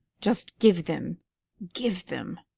just give them give them